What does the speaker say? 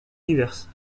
diverses